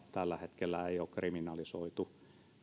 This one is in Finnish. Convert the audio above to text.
tällä hetkellä ei ole kriminalisoitu